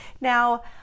Now